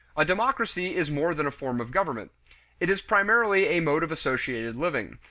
a democracy is more than a form of government it is primarily a mode of associated living,